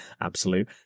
absolute